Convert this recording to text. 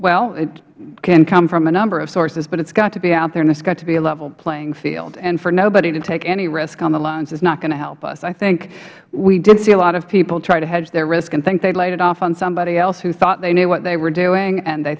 well it can come from a number of sources but it has to be out there and it has to be a level playing field and for nobody to take any risk on the loans is not going to help us i think we did see a lot of people try to hedge their risk and think they laid it off on somebody else who thought they knew what they were doing and they